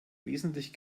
wesentlich